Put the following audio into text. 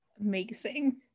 Amazing